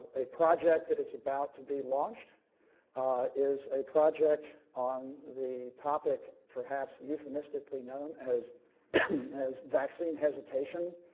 a project that is about to be launched is a project on the topic, perhaps euphemistically known as as vaccine hesitation,